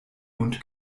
mund